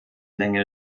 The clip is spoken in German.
länge